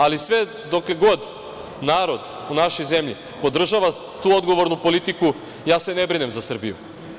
Ali, sve dokle god narod u našoj zemlji podržava tu odgovornu politiku, ja se ne brinem se za Srbiju.